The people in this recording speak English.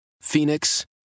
Phoenix